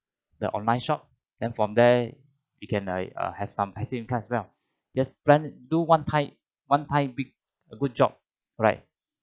the online shop then from there you can like uh have some passive income as well just plan do one time one time big a good job right